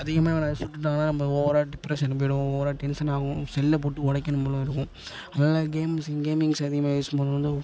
அதிகமாக எவனாவது சுட்டுவிட்டானா நம்ம ஓவராக டிப்ரஷனுக்கு போயிடுவோம் ஓவராக டென்சன் ஆகும் செல்லை போட்டு உடைக்கணும் போல் இருக்கும் அதனால் கேம்ஸு கேமிங்ஸ் அதிகமாக யூஸ் பண்ணும் போது வந்து